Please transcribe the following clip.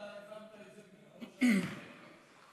אתה הבנת את זה בדיוק כמה שאני הבנתי את זה.